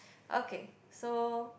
okay so